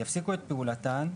יפסיקו את פעולתן.